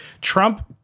Trump